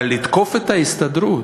אבל לתקוף את ההסתדרות,